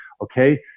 okay